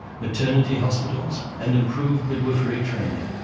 maternity hospitals and improved midwifery training.